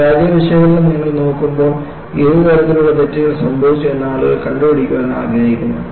പരാജയ വിശകലനം നിങ്ങൾ നോക്കുമ്പോൾ ഏത് തരത്തിലുള്ള തെറ്റുകൾ സംഭവിച്ചു എന്ന് ആളുകൾ കണ്ടുപിടിക്കാൻ ആഗ്രഹിക്കുന്നു